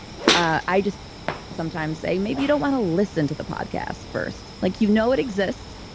i just sometimes say, maybe you don't want to listen to the podcast first. like you know it exists,